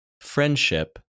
friendship